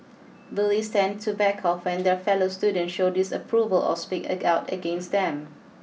bullies tend to back off when their fellow students show disapproval or speak out against them